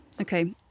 okay